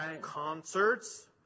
Concerts